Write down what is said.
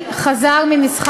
גם בנושאי ביטחון.